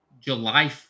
July